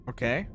Okay